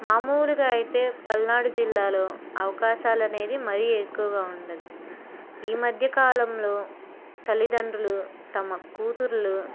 మామూలుగా అయితే పల్నాడు జిల్లాలో అవకాశాలనేది మరీ ఎక్కువగా ఉండదు ఈ మధ్యకాలంలో తల్లిదండ్రులు తమ కూతుళ్ళు